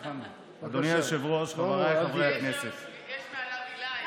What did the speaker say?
אדוני היושב-ראש, חבריי חבר הכנסת, יש מעליו הילה,